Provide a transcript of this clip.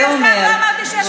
זה אומר שמה,